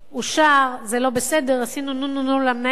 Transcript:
אושר, זה לא בסדר, עשינו נו-נו-נו למנהל.